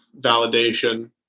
validation